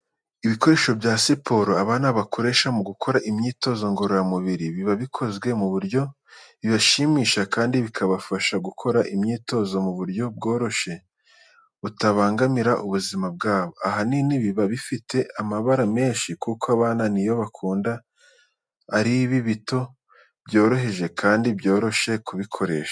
Ibikoresho bya siporo abana bakoresha mu gukora imyitozo ngororamubiri biba bikozwe ku buryo bibashimisha kandi bikabafasha gukora imyitozo mu buryo bworoshye butabangamira ubuzima bwabo. Ahanini biba bifite amabara menshi kuko abana niyo bakunda, ari bito, byoroheje kandi byoroshye kubikoresha.